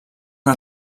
una